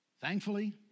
Thankfully